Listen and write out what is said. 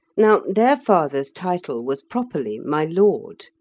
now their father's title was properly my lord,